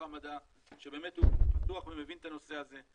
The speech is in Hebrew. המדע שבאמת הוא פתוח ומבין את הנושא הזה,